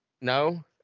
No